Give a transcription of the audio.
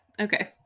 Okay